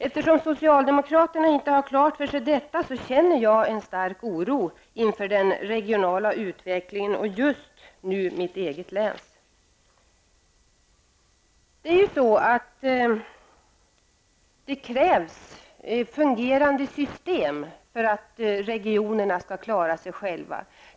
Eftersom socialdemokraterna inte har detta klart för sig känner jag en stark oro inför den regionala utvecklingen, och just den i mitt eget län. Det krävs fungerande system för att regionerna skall klara sig själva.